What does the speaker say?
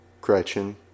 Gretchen